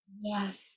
Yes